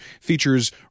features